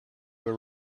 were